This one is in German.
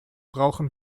brauchen